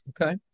Okay